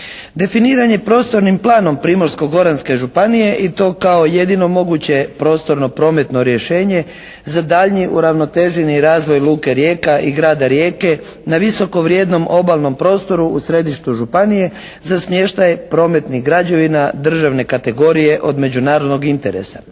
Definiranje prostornim planom Primorsko-goranske županije i to kao jedino moguće prostorno prometno rješenje za daljnji uravnoteženi razvoj luke Rijeka i grada Rijeke na visoko vrijednom obalnom prostoru u središtu županije za smještaj prometnih građevina državne kategorije od međunarodnog interesa.